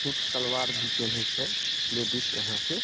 suit salwar भी पेनहइ छै लेडीज यहाँके